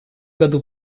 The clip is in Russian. году